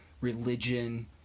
religion